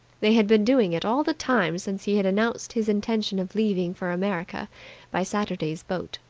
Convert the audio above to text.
they had been doing it all the time since he had announced his intention of leaving for america by saturday's boat.